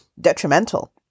detrimental